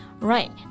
Right